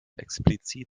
explizit